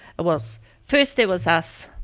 it was first there was us,